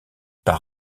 par